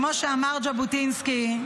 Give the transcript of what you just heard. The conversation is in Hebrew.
כמו שאמר ז'בוטינסקי,